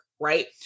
right